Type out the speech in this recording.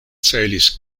celis